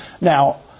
Now